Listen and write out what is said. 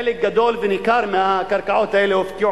חלק גדול וניכר מהקרקעות האלה הופקעו